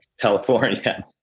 California